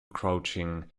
crouching